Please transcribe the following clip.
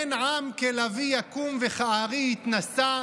הן עם כלביא יקום וכארי יתנשא,